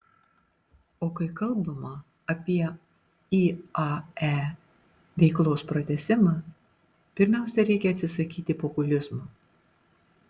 o kai kalbama apie iae veiklos pratęsimą pirmiausia reikia atsisakyti populizmo